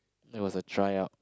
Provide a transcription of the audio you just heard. it was a try out